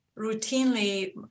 routinely